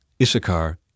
Issachar